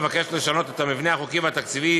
המבקשת לשנות את המבנה החוקי והתקציבי